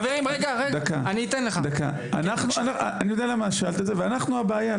אני יודע למה שאלת את זה ואנחנו הבעיה.